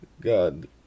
God